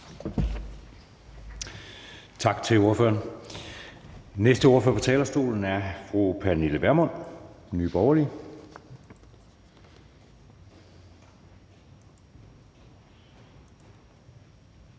Tak til ordføreren. Næste ordfører på talerstolen er fru Pernille Vermund, Nye Borgerlige.